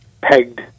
pegged